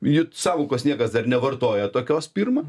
juk sąvokos niekas dar nevartoja tokios pirma